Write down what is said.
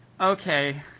Okay